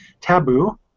Taboo